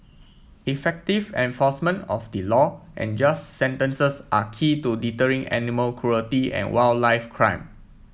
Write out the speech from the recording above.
effective enforcement of the law and just sentences are key to deterring animal cruelty and wildlife crime